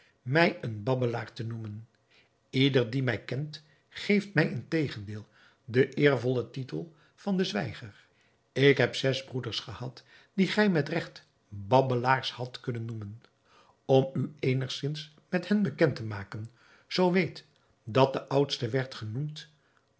mij een babbelaar te noemen ieder die mij kent geeft mij integendeel den eervollen titel van den zwijger ik heb zes broeders gehad die gij met regt babbelaars hadt kunnen noemen om u eenigzins met hen bekend te maken zoo weet dat de oudste werd genaamd